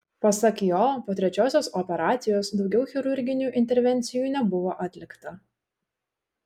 pasak jo po trečiosios operacijos daugiau chirurginių intervencijų nebuvo atlikta